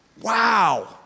Wow